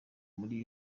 muri